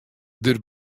der